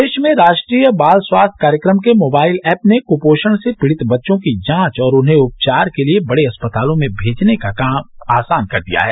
प्रदेश में राष्ट्रीय बाल स्वास्थ्य कार्यक्रम के मोबाइल एप्प ने कुपोषण से पीड़ित बच्चों की जांच और उन्हें उपचार के लिए बड़े अस्पतालों में भेजने के काम को आसान कर दिया है